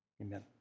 Amen